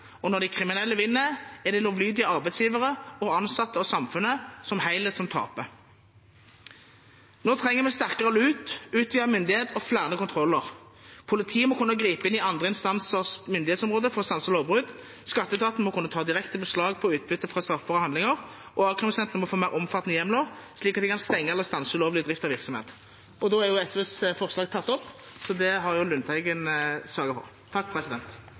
og når de kriminelle vinner, er det lovlydige arbeidsgivere, ansatte og samfunnet som helhet som taper. Nå trenger vi sterkere lut, utvidet myndighet og flere kontroller. Politiet må kunne gripe inn på andre instansers myndighetsområde for å stanse lovbrudd, skatteetaten må kunne ta direkte beslag i utbytte fra straffbare handlinger, og a-krimsentrene må få mer omfattende hjemler, slik at de kan stenge eller stanse ulovlig drift av virksomheter. Kampen mot svart arbeid og arbeidslivskriminalitet må alltid ha høg prioritet, og